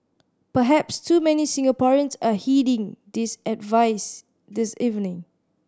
perhaps too many Singaporeans are heeding this advice this evening